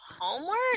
homework